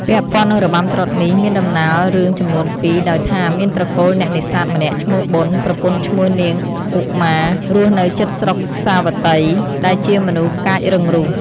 ពាក់ព័ន្ធនឹងរបាំត្រុដិនេះ មានដំណាលរឿងចំនួន២ ដោយថា មានត្រកូលអ្នកនេសាទម្នាក់ឈ្មោះប៊ុន ប្រពន្ធឈ្មោះនាងឧមា រស់នៅជិតស្រុកសាវត្តី ដែលជាមនុស្សកាចរឹងរូស។